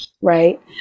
right